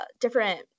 different